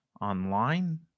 online